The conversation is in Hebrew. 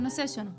זה נושא שונה.